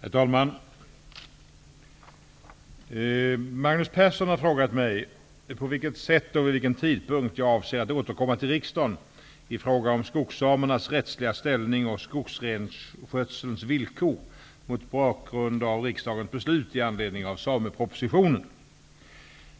Herr talman! Magnus Persson har frågat mig på vilket sätt och vid vilken tidpunkt jag avser att återkomma till riksdagen i fråga om skogssamernas rättsliga ställning och skogsrenskötselns villkor mot bakgrund av riksdagens beslut i anledning av samepropositionen.